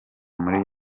muri